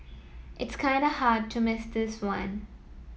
it's kinda hard to miss this one